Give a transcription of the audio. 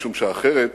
משום שאחרת